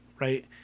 right